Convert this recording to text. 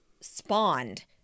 spawned